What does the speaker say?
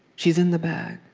she's in the bag.